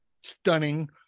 stunning